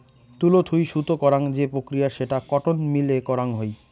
তুলো থুই সুতো করাং যে প্রক্রিয়া সেটা কটন মিল এ করাং হই